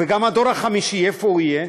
וגם הדור החמישי, איפה הוא יהיה?